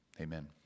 amen